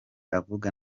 avuga